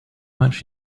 much